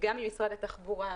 גם ממשרד התחבורה,